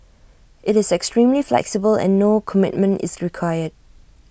IT is extremely flexible and no commitment is required